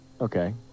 Okay